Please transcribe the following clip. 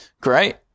Great